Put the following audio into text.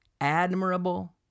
admirable